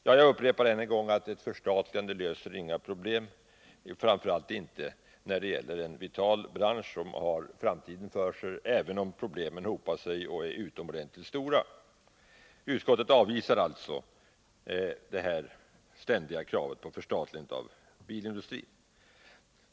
Jag upprepar än en gång att ett förstatligande inte löser några problem, framför allt inte när det gäller en vital bransch som har framtiden för sig, även om problemen hopar sig och är utomordentligt stora. Utskottet avvisar alltså detta ständiga krav på förstatligande av bilindustrin.